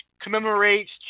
commemorates